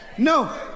No